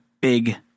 big